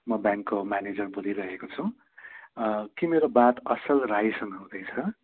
म ब्याङ्कको म्यानेजर बोलिरहेको छु कि मेरो बात असल राईसँग हुँदैछ